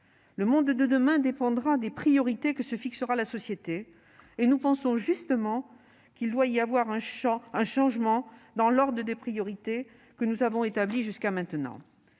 Le monde de demain dépendra des priorités que se fixera la société, et nous pensons justement que l'ordre des priorités que nous avons établies jusqu'à maintenant